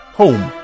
home